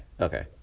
Okay